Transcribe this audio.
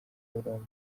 burundu